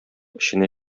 эченә